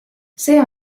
see